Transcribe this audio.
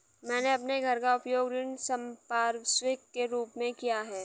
मैंने अपने घर का उपयोग ऋण संपार्श्विक के रूप में किया है